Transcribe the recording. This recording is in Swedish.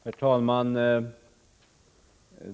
Herr talman!